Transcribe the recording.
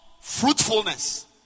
fruitfulness